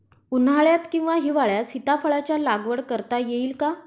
उन्हाळ्यात किंवा हिवाळ्यात सीताफळाच्या लागवड करता येईल का?